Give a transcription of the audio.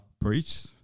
preach